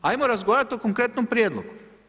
Ajmo razgovarati o konkretnom prijedlogu.